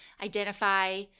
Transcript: identify